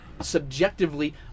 Subjectively